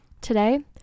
today